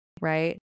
right